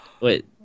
Wait